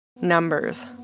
Numbers